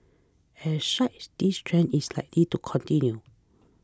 as such this trend is likely to continue